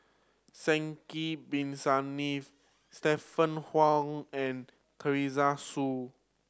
Sidek Bin Saniff Stephanie Wong and Teresa Hsu